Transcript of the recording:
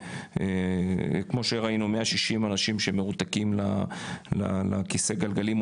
כמו שראינו 160 אנשים שמרותקים לכיסא גלגלים,